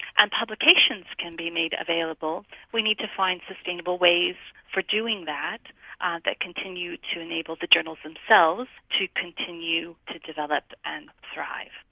and publications can be made available. we need to find sustainable ways for doing that ah that continue to enable the journals themselves to continue to develop and thrive.